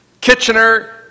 Kitchener